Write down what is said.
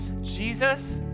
Jesus